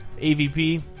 AVP